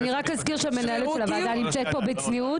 אני רק אזכיר שמנהלת הוועדה נמצאת פה בצניעות,